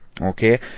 okay